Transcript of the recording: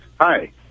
Hi